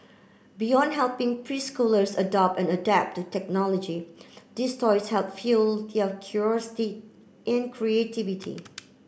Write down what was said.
beyond helping preschoolers adopt and adapt to technology these toys help fuel their curiosity and creativity